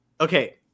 Okay